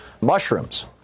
mushrooms